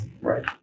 Right